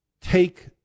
take